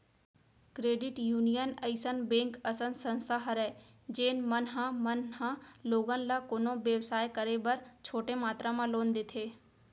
credit union अइसन bank असन संस्था हरय जेन मन ह मन ह लोगन ल कोनो बेवसाय करे बर छोटे मातरा म लोन देथे